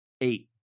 eight